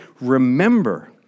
remember